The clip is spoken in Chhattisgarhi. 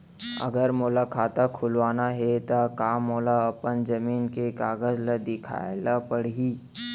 अगर मोला खाता खुलवाना हे त का मोला अपन जमीन के कागज ला दिखएल पढही?